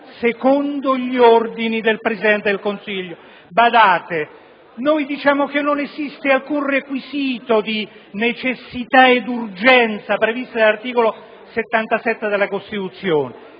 secondo gli ordini del Presidente del Consiglio. Noi diciamo che non esiste alcun requisito di necessità e urgenza, come previsto dall'articolo 77 della Costituzione.